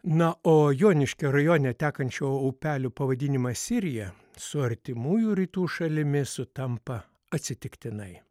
na o joniškio rajone tekančio upelio pavadinimas sirija su artimųjų rytų šalimi sutampa atsitiktinai